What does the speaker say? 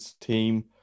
team